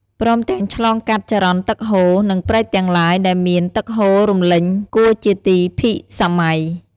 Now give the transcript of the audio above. ព្រមទាំងឆ្លងកាត់ចរន្តទឹកហូរ និងព្រែកទាំងឡាយ ដែលមាន ទឹកហូររលេញគួរជា ទីភិសម័យ។